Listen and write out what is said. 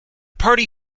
party